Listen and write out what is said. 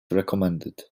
recommended